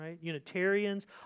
Unitarians